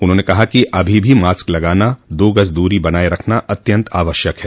उन्होंने कहा कि अभी भी मास्क लगाना दो गज दूरी बनाए रखना अत्यन्त आवश्यक है